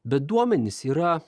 bet duomenys yra